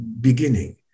beginning